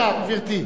גברתי.